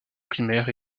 primaire